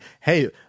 Hey